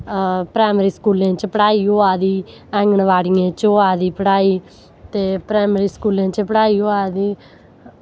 primary स्कूलें च पढ़ाई होआ दी आंगनबाड़ियें च होआ दी पढ़ाई ते प्राईमरी स्कूलें च होआ दी पढ़ाई ते उत्थै